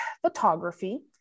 photography